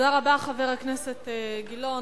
תודה רבה, חבר הכנסת גילאון.